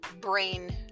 brain